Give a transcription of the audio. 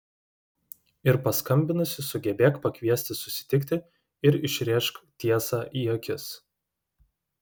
ir paskambinusi sugebėk pakviesti susitikti ir išrėžk tiesą į akis